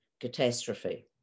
catastrophe